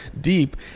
deep